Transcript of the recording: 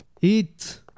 Eat